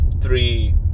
three